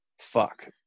Fuck